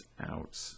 out